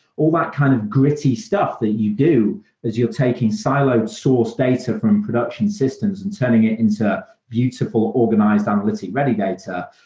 all that kind of gritty stuff that you do as you're taking siloed source data from production systems and turning ah into beautiful organized analytic ready data,